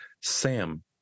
Sam